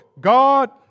God